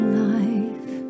life